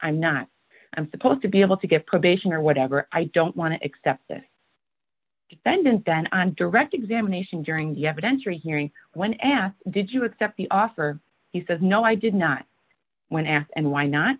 i'm not i'm supposed to be able to get probation or whatever i don't want to accept this defendant then on direct examination during the evidentiary hearing when asked did you accept the offer he says no i did not when asked and why not